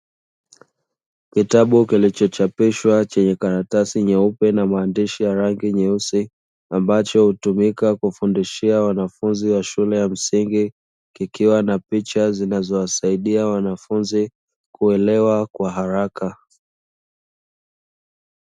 Kitabu kilichochapishwa chenye karatasi nyeupe na maandishi ya rangi nyeusi, ambacho hutumika kufundishia wanafunzi wa shule ya msingi, kikiwa na picha zinazowasaidia wanafunzi kuelewa kwa haraka.